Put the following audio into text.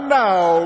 now